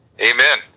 Amen